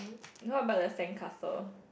how about the sandcastle